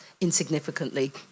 insignificantly